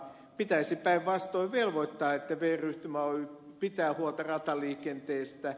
pitäisi päinvastoin velvoittaa että vr yhtymä oy pitää huolta rataliikenteestä